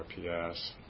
RPS